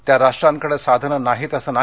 त्या राष्ट्रांकड साधनं नाहीत असं नाही